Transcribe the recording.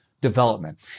Development